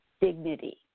dignity